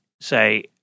say